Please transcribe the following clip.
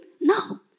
No